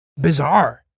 bizarre